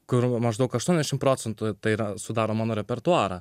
kur maždaug aštuoniasdešimt procentų tai yra sudaro mano repertuarą